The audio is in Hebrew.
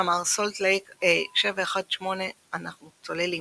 שאמר "סולט לייק, אה, 718, אנחנו צוללים!".